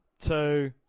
two